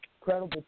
incredible